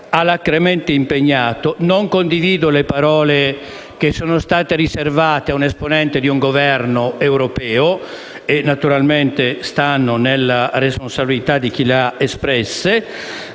alacremente impegnato e non condivido le parole che sono state riservate ad un esponente di un Governo europeo, che naturalmente rimangono nella responsabilità di chi le ha espresse,